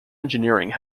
engineering